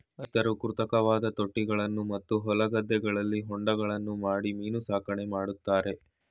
ರೈತ್ರು ಕೃತಕವಾದ ತೊಟ್ಟಿಗಳನ್ನು ಮತ್ತು ಹೊಲ ಗದ್ದೆಗಳಲ್ಲಿ ಹೊಂಡಗಳನ್ನು ಮಾಡಿ ಮೀನು ಸಾಕಣೆ ಮಾಡ್ತರೆ